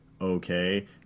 Okay